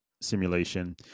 simulation